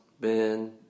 Ben